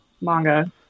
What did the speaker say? manga